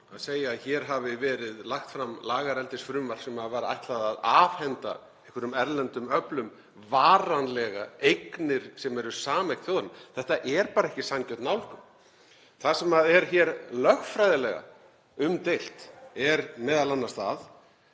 að segja að hér hafi verið lagt fram lagareldisfrumvarp sem hafi verið ætlað að afhenda einhverjum erlendum öflum varanlega eignir sem eru sameign þjóðarinnar. Þetta er bara ekki sanngjörn nálgun. Það sem er hér lögfræðilega umdeilt er m.a. það að